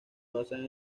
basan